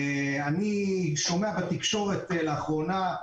אני שומע בתקשורת לאחרונה,